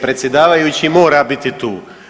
Predsjedavajući mora biti tu.